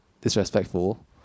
disrespectful